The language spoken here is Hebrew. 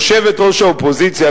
יושבת-ראש האופוזיציה,